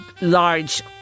large